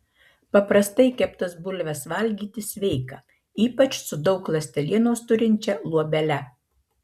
paprastai keptas bulves valgyti sveika ypač su daug ląstelienos turinčia luobele